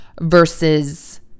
versus